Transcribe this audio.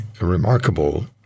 remarkable